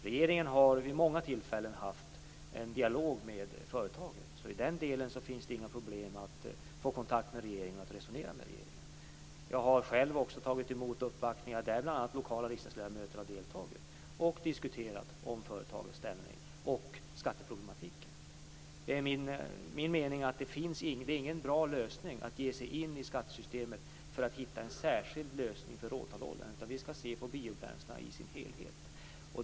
Regeringen har vid många tillfällen haft en dialog med företaget, så i den delen finns det inga problem att få kontakt med och resonera med regeringen. Jag har själv också tagit emot uppvaktningar där bl.a. lokala riksdagsledamöter har deltagit och diskuterat företagets ställning och skatteproblematiken. Enligt min mening är det inte någon bra lösning att ge sig in i skattesystemet för att hitta en särskild lösning för råtalloljan, utan vi skall se på biobränslena i sin helhet.